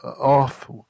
off